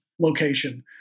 location